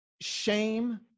shame